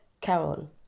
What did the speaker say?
Carol